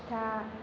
फिथा